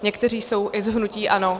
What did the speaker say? Někteří jsou i z hnutí ANO.